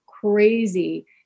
crazy